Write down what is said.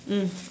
mm